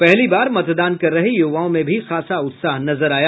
पहली बार मतदान कर रहे युवाओं में भी खासा उत्साह नजर आया